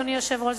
אדוני היושב-ראש,